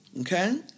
okay